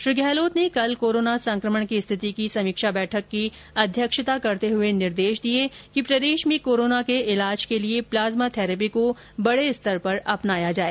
श्री गहलोत ने कल कोरोना संकमण की स्थिति की समीक्षा बैठक की अध्यक्षता करते हए निर्देश दिए कि प्रदेश में कोरोना के ईलाज के लिए प्जाज्मा थैरेपी को बडे स्तर पर अपनाया जाए